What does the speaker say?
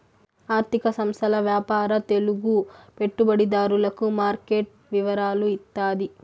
ఆర్థిక సంస్థల వ్యాపార తెలుగు పెట్టుబడిదారులకు మార్కెట్ వివరాలు ఇత్తాది